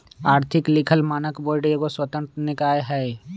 आर्थिक लिखल मानक बोर्ड एगो स्वतंत्र निकाय हइ